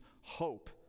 Hope